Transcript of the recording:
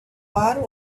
bar